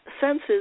senses